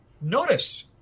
notice